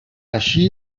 així